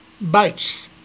bites